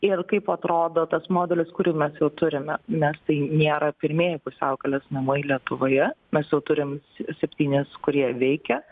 ir kaip atrodo tas modulis kurį mes jau turime nes tai nėra pirmieji pusiaukelės namai lietuvoje mes jau turim s septynis kurie veikia